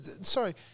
Sorry